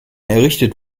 errichtet